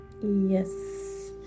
yes